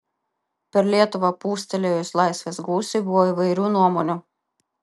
per lietuvą pūstelėjus laisvės gūsiui buvo įvairių nuomonių